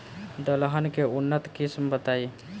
दलहन के उन्नत किस्म बताई?